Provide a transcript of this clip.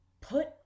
put